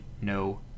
no